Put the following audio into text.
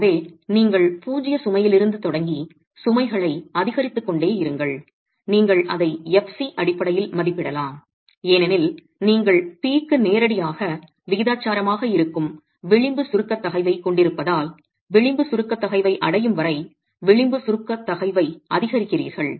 எனவே நீங்கள் பூஜ்ஜிய சுமையிலிருந்து தொடங்கி சுமைகளை அதிகரித்துக் கொண்டே இருங்கள் நீங்கள் அதை fc அடிப்படையில் மதிப்பிடலாம் ஏனெனில் நீங்கள் P க்கு நேரடியாக விகிதாசாரமாக இருக்கும் விளிம்பு சுருக்கத் தகைவைக் கொண்டிருப்பதால் விளிம்பு சுருக்க தகைவை அடையும் வரை விளிம்பு சுருக்க தகைவை அதிகரிக்கிறீர்கள்